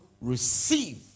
receive